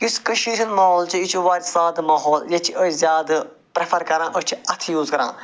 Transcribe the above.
یُس کٔشیٖرِ ہُنٛد ماحول چھُ یہِ چھُ وارِیاہ سادٕ ماحول ییٚتہِ چھِ أسۍ زیادٕ پرٮ۪فر کَران أسۍ چھِ اتھٕ یوٗز کَران